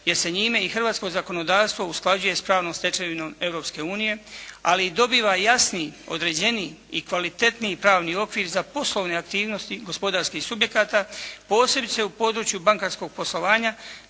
jer se njime i hrvatsko zakonodavstvo usklađuje s pravnom stečevinom Europske unije, ali dobiva jasniji, određeniji i kvalitetniji pravni okvir za poslovne aktivnosti gospodarskih subjekata, posebice u području bankarskog poslovanja